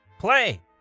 Play